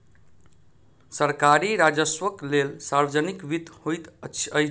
सरकारी राजस्वक लेल सार्वजनिक वित्त होइत अछि